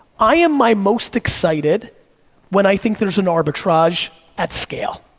i am my most excited when i think there's an arbitrage at scale.